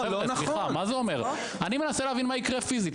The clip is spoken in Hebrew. אני מנסה להבין מה יקרה פיזית,